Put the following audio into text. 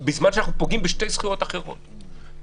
בשתי זכויות אחרות.